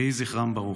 יהי זכרם ברוך.